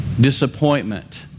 Disappointment